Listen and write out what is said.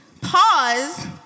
Pause